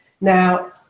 Now